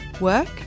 work